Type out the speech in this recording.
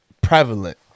prevalent